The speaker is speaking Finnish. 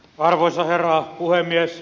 arvoisa herra puhemies